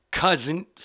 cousin